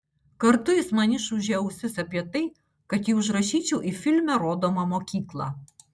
kartu jis man išūžė ausis apie tai kad jį užrašyčiau į filme rodomą mokyklą